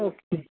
okay